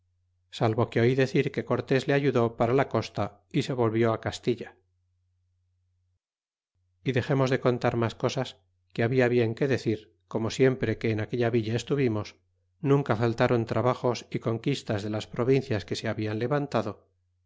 salvo que oi decir que cortés le ayudó para la costa y se volvió castilla y dexemos de contar mas cosas que habia bien que decir como siempre que en aquella villa estuvimos nunca faltáron trabajos y conquistas de las provincias que se habian levantado